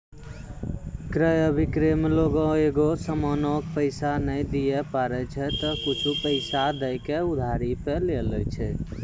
क्रय अभिक्रय मे लोगें एगो समानो के पैसा नै दिये पारै छै त उ कुछु पैसा दै के उधारी पे लै छै